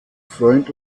freund